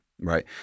right